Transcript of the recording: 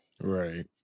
Right